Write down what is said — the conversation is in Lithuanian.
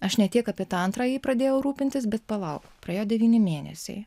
aš ne tiek apie tą antrąjį pradėjau rūpintis bet palauk praėjo devyni mėnesiai